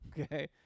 Okay